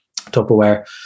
tupperware